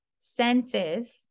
senses